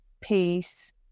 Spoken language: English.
peace